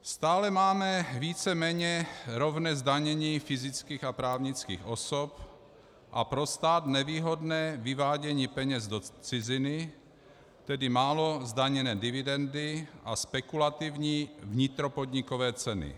Stále máme víceméně rovné zdanění fyzických a právnických osob a pro stát nevýhodné vyvádění peněz do ciziny, tedy málo zdaněné dividendy a spekulativní vnitropodnikové ceny.